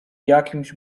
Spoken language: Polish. jakimś